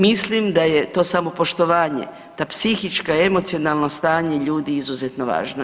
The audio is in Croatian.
Mislim da je to samo poštovanje, ta psihička, emocionalno stanje ljudi izuzetno važno.